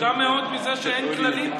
מופתע מאוד מזה שאין כללים.